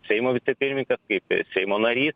seimo vicepirmininkas kaip seimo narys